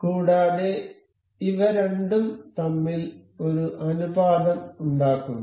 കൂടാതെ ഇവ രണ്ടും തമ്മിൽ ഒരു അനുപാതം ഉണ്ടാക്കുന്നു